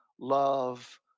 love